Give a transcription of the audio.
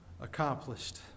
accomplished